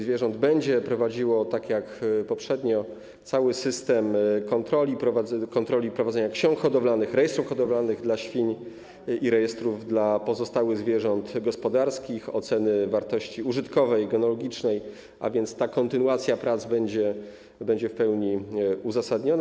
Zwierząt będzie prowadziło, tak jak poprzednio, cały system kontroli w zakresie prowadzenia ksiąg hodowlanych, rejestrów hodowlanych dla świń i rejestrów dla pozostałych zwierząt gospodarskich, oceny wartości użytkowej i genealogicznej, więc ta kontynuacja prac będzie w pełni uzasadniona.